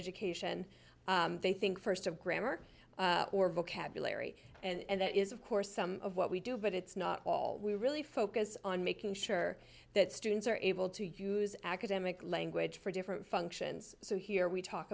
education they think st of grammar or vocabulary and that is of course some of what we do but it's not all we really focus on making sure that students are able to use academic language for different functions so here we talk